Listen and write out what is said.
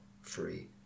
free